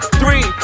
three